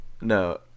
No